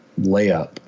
layup